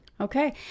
Okay